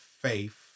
faith